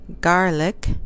garlic